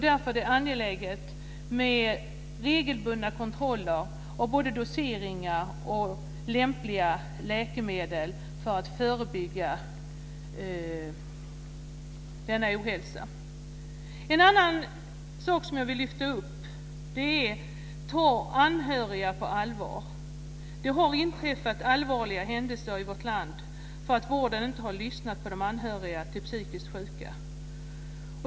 Därför är det angeläget med regelbundna kontroller av både doseringar och lämpliga läkemedel för att förebygga denna ohälsa. En annan sak som jag vill lyfta fram är: Ta anhöriga på allvar. Det har inträffat allvarliga händelser i vårt land därför att vården inte har lyssnat på de anhöriga till psykiskt sjuka.